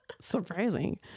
Surprising